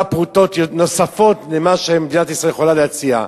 פרוטות נוספות על מה שמדינת ישראל יכולה להציע?